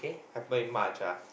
happen in March ah